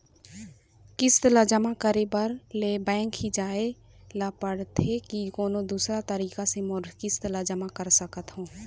किस्त ला जमा करे ले बैंक ही जाए ला पड़ते कि कोन्हो दूसरा तरीका से भी मोर किस्त ला जमा करा सकत हो?